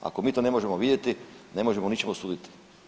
Ako mi to ne možemo vidjeti, ne možemo ničemu suditi.